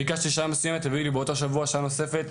ביקשתי שעה מסוימת הביאו לי באותו שבוע שעה נוספת,